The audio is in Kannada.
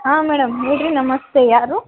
ಹಾಂ ಮೇಡಮ್ ಹೇಳ್ರಿ ನಮಸ್ತೇ ಯಾರು